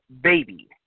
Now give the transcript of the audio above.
baby